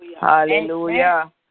Hallelujah